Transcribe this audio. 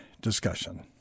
Discussion